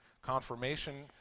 confirmation